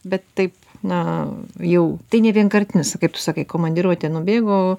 bet taip na jau tai ne vienkartinis kaip tu sakai komandiruotė nubėgo